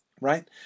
right